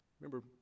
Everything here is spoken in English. Remember